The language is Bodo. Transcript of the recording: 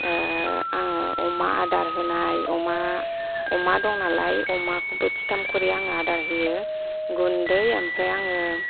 आङो अमा आदार होनाय अमा अमा दं नालाइ अमाखौ बोथिथाम खरि अमाखौ आङो आदार होयो गुन्दै ओमफ्राइ आङो